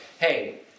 hey